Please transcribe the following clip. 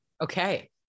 Okay